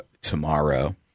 tomorrow